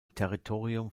territorium